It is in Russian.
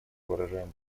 выражаем